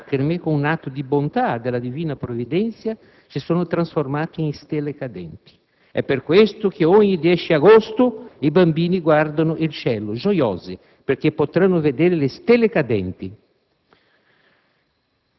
queste lacrime, con un atto di bontà della divina previdenza, si sono trasformate in stelle cadenti. È per questo che ogni 10 agosto i bambini guardano il cielo gioiosi, perché possono vedere le stelle cadenti.